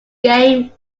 game